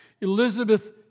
Elizabeth